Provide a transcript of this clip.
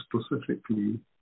specifically